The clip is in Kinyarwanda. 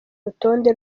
rutonde